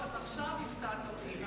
עכשיו הפתעת אותי.